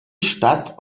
stadt